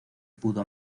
pudo